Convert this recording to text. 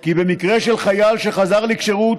כי במקרה של חייל שחזר לכשירות,